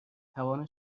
توان